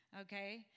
okay